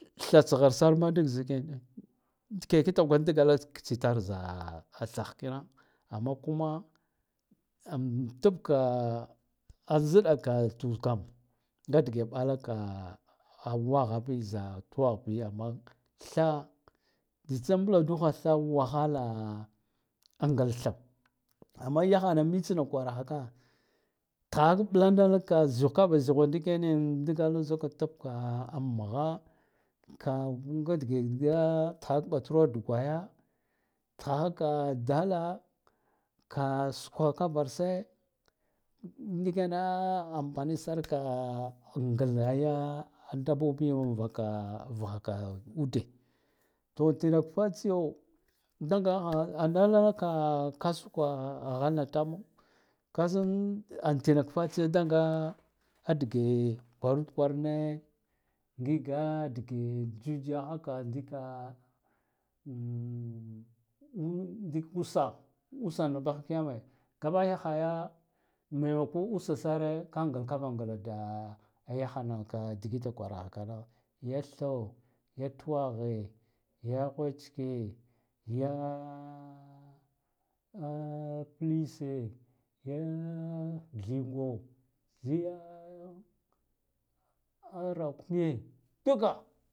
Thatsghrsarma zik ndiken ai tke kitakwan dagalk tsitar za a thakh kina amma kuma tabkar a zɗaka thukam nga dike mɓalaka waghabi za twagh bi amma tha zitsa mbladagha tha wahhala a ngal tho amma yathana mitsna kwarahaka tkhahak mɓladala ka zighw kava ziwine ndikenan dgala zika ammgha “ka-ngadge tkhahak ɓatro dgwaya tkhahaka dala sukakavarsa amfani sar ka a ngha ya dabbobi "anvaghaka-vakak” ude to tinak fatsiyo dan gakha analaka a kasuka a ghalna tamo kasan a tenak fatsiya dan ga a dge kwarud kwarane ngiga dige tsutsuyaghaka dika dik usa usana baku kiyame nga bakh yakhaya maimako tsa sare ka ngal kava ngla ka yakhanaka digita kwarahakano ya tho ya twaghe ya ghwecuke ya plise a thingo ya rakumiye duka.